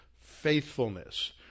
faithfulness